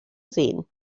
sehen